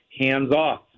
hands-off